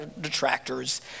detractors